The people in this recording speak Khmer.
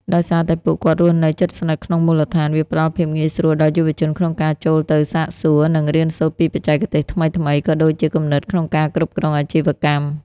ដោយសារតែពួកគាត់រស់នៅជិតស្និទ្ធក្នុងមូលដ្ឋាន វាផ្ដល់ភាពងាយស្រួលដល់យុវជនក្នុងការចូលទៅសាកសួរ និងរៀនសូត្រពីបច្ចេកទេសថ្មីៗ ក៏ដូចជាគំនិតក្នុងការគ្រប់គ្រងអាជីវកម្ម។